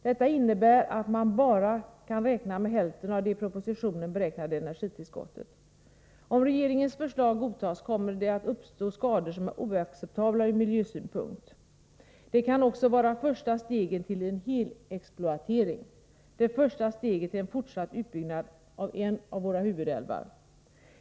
Detta innebär att man kan räkna med bara hälften av det i propositionen beräknade energitillskottet. Om regeringens förslag godtas, kommer det att uppstå skador som är oacceptabla från miljösynpunkt. Det kan också vara första steget till en helexploatering, det första steget för en fortsatt utbyggnad av en av våra huvudälvar.